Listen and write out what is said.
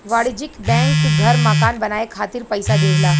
वाणिज्यिक बैंक घर मकान बनाये खातिर पइसा देवला